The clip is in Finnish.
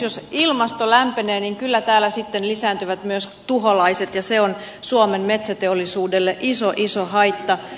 jos ilmasto lämpenee niin kyllä täällä sitten lisääntyvät myös tuholaiset ja se on suomen metsäteollisuudelle iso iso haitta